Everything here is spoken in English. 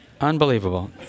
Unbelievable